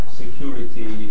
security